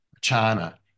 China